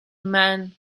man